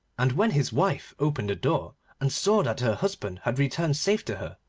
and when his wife opened the door and saw that her husband had returned safe to her,